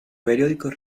periódicos